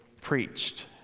preached